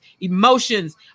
emotions